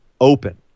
open